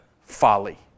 folly